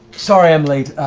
sorry i'm late,